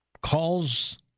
calls